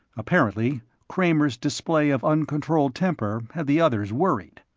apparently kramer's display of uncontrolled temper had the others worried.